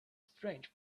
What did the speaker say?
strange